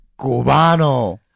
Cubano